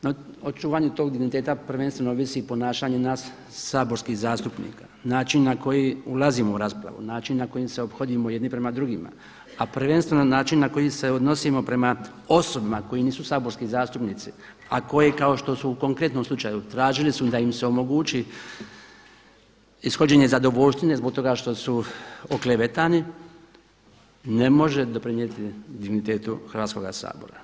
No, o čuvanju tog digniteta prvenstvo ovisi ponašanje nas saborskih zastupnika, način na koji ulazimo u raspravu, način na koji se ophodimo jedni prema drugima a prvenstveno način na koji se odnosimo prema osobama koje nisu saborski zastupnici a koji kao što su u konkretnom slučaju tražili da im se omogući ishođenje zadovoljštine zbog toga što su oklevetani ne može doprinijeti dignitetu Hrvatskoga sabora.